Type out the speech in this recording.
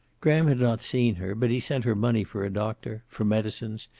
graham had not seen her, but he sent her money for a doctor, for medicines,